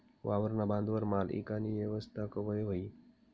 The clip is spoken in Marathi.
वावरना बांधवर माल ईकानी येवस्था कवय व्हयी?